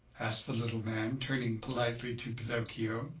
asked the little man, turning politely to pinocchio.